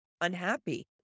unhappy